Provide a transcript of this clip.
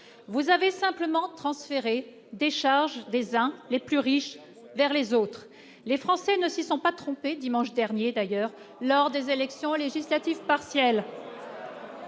vous avez simplement transférer des charges des uns, les plus riches vers les autres, les Français ne s'y sont pas trompés, dimanche dernier, d'ailleurs, lors des élections législatives partielles.